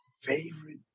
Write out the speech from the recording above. Favorite